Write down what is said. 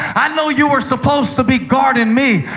i know you were supposed to be guarding me,